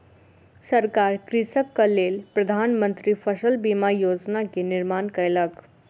सरकार कृषकक लेल प्रधान मंत्री फसल बीमा योजना के निर्माण कयलक